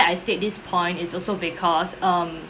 I state this point is also because um